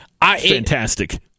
Fantastic